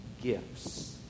gifts